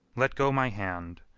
let go my hand.